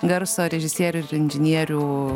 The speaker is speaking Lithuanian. garso režisierių ir inžinierių